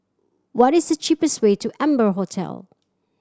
what is the cheapest way to Amber Hotel